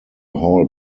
hall